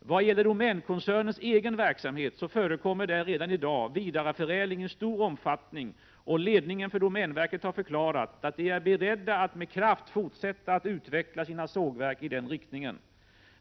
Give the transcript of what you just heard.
Vad gäller domänkoncernens egen verksamhet så förekommer där redan i dag vidareförädling i stor omfattning, och ledningen för domänverket har förklarat att den är beredd att med kraft fortsätta att utveckla sina sågverk i den riktningen.